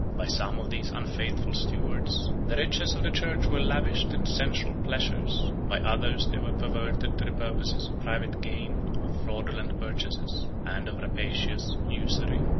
by some of these unfaithful stewards the riches of the church were lavished in sensual pleasures by others they were perverted to the purposes of private gain, of fraudulent purchases, and of rapacious usury.